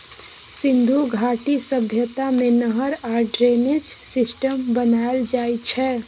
सिन्धु घाटी सभ्यता मे नहर आ ड्रेनेज सिस्टम बनाएल जाइ छै